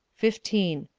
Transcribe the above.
fifteen.